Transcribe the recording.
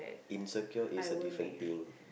insecure is a different thing